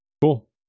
cool